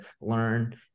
learn